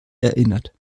erinnert